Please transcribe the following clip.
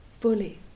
Fully